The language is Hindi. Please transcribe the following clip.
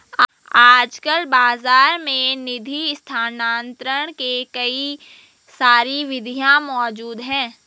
आजकल बाज़ार में निधि स्थानांतरण के कई सारी विधियां मौज़ूद हैं